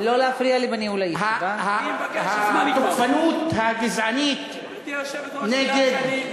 חבר הכנסת אורן,